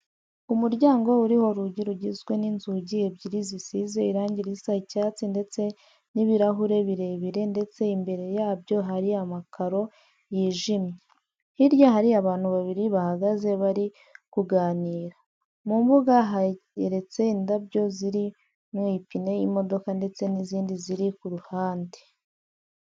Umuryango uriho urugi rugizwe n'inzugi ebyiri zisize irange risa icyatsi ndetse n'ibirahure birebire ndetse imbere yabyo hari amakaro yijimye. Hirya hari abantu babiri, bahagaze bari kuganira. Mu mbuga hayeretse indabyo ziri mu ipine y'imodoka ndetse n'izindi ziri ku ruhande.